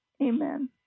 Amen